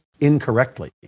incorrectly